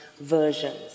versions